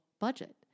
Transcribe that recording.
budget